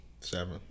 Seven